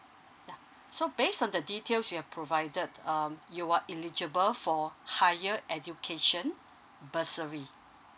ya so based on the details you've provided um you are eligible for higher education bursary